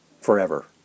forever